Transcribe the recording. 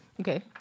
Okay